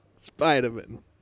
Spider-Man